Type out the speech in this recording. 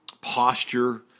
posture